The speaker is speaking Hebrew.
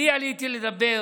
אני עליתי לדבר